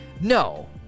no